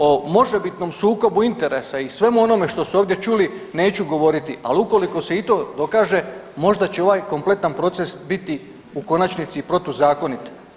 O možebitnom sukobu interesa i svemu onome što su ovdje čuli neću govoriti, ali ukoliko se i to dokaže možda će ovaj kompletan proces biti u konačnici i protuzakonit.